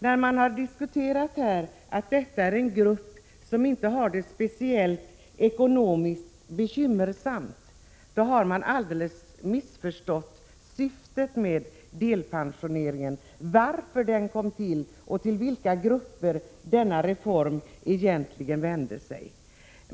De som säger att det här handlar om en grupp människor som inte har det speciellt ekonomiskt bekymmersamt har alldeles missförstått syftet med delpensioneringen. De har inte förstått varför den kom till och vilka grupper reformen avsåg.